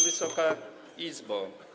Wysoka Izbo!